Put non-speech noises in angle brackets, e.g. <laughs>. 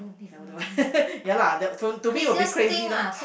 never do one <laughs> ya lah that to to me will be crazy lor